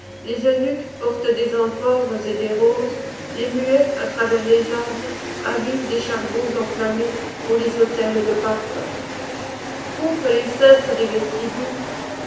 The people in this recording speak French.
les eunuques portent des amphores et des roses les muets à travers les arbres avivent des charbons enflammés pour les autels de parfums contre les cintres des vestibules